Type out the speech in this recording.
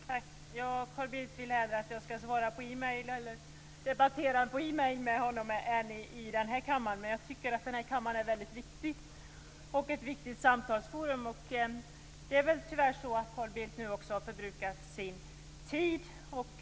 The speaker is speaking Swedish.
Herr talman! Carl Bildt vill att jag hellre skall debattera via e-mail med honom än i denna kammare. Men jag tycker att denna kammare är ett mycket viktigt samtalsforum. Det är väl tyvärr på det sättet att Carl Bildt nu också har förbrukat sin tid.